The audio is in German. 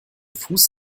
fuß